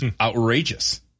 outrageous